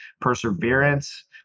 perseverance